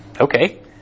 Okay